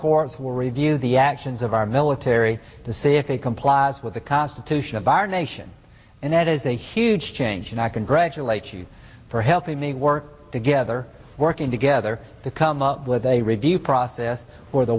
courts will review the actions of our military to see if it complies with the constitution of our nation and that is a huge change and i congratulate you for helping me work together working together to come up with a review process for the